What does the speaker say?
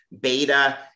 beta